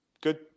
good